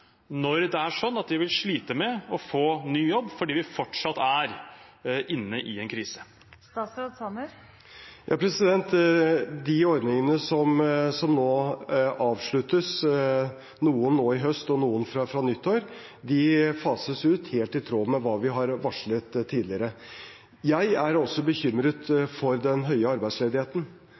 de vil slite med å få seg ny jobb fordi vi fortsatt er i en krise? De ordningene som nå avsluttes – noen i høst og noen fra nyttår – fases ut helt i tråd med det vi har varslet tidligere. Jeg er også bekymret for den høye arbeidsledigheten.